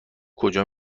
کجا